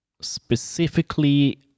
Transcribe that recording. specifically